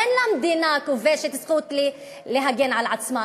אין למדינה הכובשת זכות להגן על עצמה.